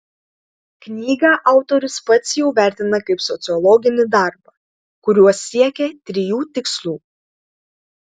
knygą autorius pats jau vertina kaip sociologinį darbą kuriuo siekė trijų tikslų